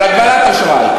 על הגבלת אשראי,